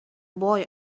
boy